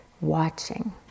watching